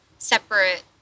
separate